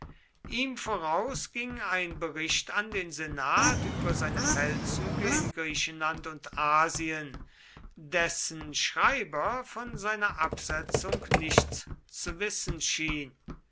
ihm vorauf ging ein bericht an den senat über seine feldzüge in griechenland und asien dessen schreiber von seiner absetzung nichts zu wissen schien